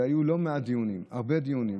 היו לא מעט דיונים, הרבה דיונים.